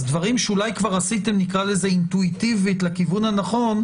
דברים שאולי עשיתם אינטואיטיבית לכיוון הנכון,